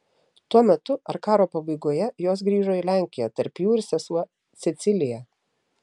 tuo metu ar karo pabaigoje jos grįžo į lenkiją tarp jų ir sesuo cecilija